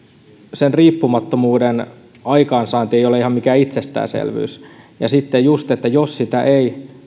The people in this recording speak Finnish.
riippumattomuuden aikaansaanti ei ole mikään ihan itsestäänselvyys ja sitten juuri jos sitä ei